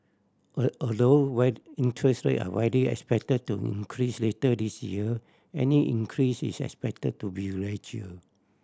all although whether interest rate are widely expected to increase later this year any increase is expected to be gradual